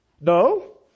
No